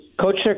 coach